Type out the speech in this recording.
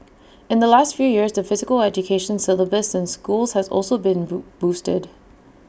in the last few years the physical education syllabus in schools has also been boo boosted